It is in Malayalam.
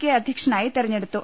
കെ അധ്യക്ഷനായി തെര ഞ്ഞെടുത്തു